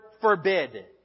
forbid